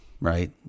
right